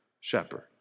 shepherd